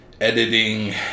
editing